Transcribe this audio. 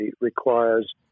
requires